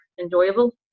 enjoyable